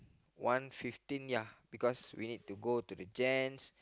one fifteen ya because we need to go to the gents